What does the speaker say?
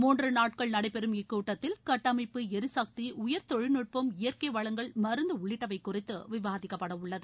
மூன்று நாட்கள் நடைபெறும் இக்கூட்டத்தில் கட்டமைப்பு எரிசக்தி உயர் தொழில்நுட்பம் இயற்கை வளங்கள் மருந்து உள்ளிட்டவை குறித்து விவாதிக்கப்படவுள்ளது